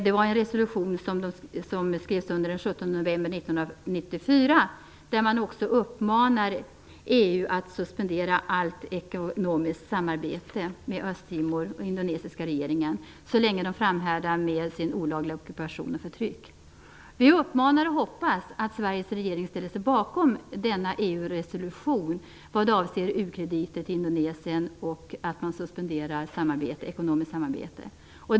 Det är en resolution som skrevs under den 17 november 1994, där man också uppmanar EU att suspendera allt ekonomiskt samarbete med den indonesiska regeringen så länge den framhärdar med sin olagliga ockupation och förtryck. Vi uppmanar och hoppas att Sveriges regering ställer sig bakom denna EU-resolution vad avser ukrediter till Indonesien och att man suspenderar ekonomiskt samarbete.